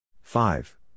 Five